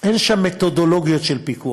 אין שם מתודולוגיות של פיקוח.